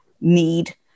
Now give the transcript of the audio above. need